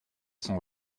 cent